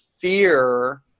fear